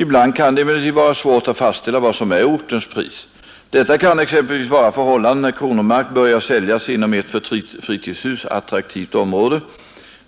Ibland kan det emellertid vara svårt att fastställa vad som är ortens pris. Detta kan exempelvis vara förhållandet när kronomark börjar säljas inom ett för fritidshus attraktivt område.